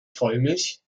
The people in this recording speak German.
vollmilch